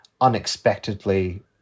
unexpectedly